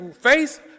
face